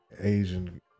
Asian